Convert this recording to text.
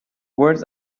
words